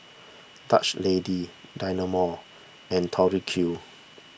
Dutch Lady Dynamo and Tori Q